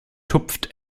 tupft